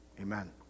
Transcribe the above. Amen